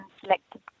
selected